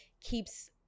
keeps